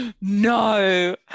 no